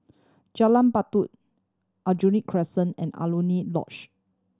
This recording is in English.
Jalan Batu Aljunied Crescent and Alaunia Lodge